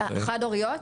חד-הוריות